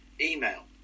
email